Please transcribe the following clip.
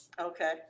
Okay